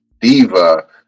diva